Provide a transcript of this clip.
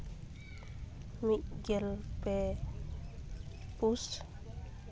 ᱢᱤᱫᱜᱮᱞ ᱯᱮ ᱯᱩᱥ